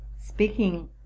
speaking